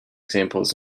examples